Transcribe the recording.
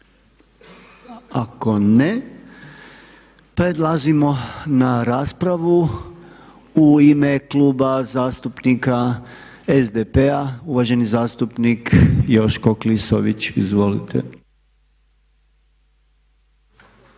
Ako ne prelazimo na raspravu. U ime Kluba zastupnika SDP-a uvaženi zastupnik Joško Klisović, izvolite.